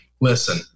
Listen